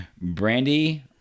Brandy